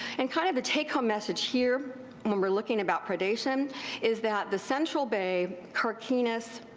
and kind of the take home message here when weire looking about predation is that the central bay, carquinez,